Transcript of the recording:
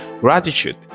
gratitude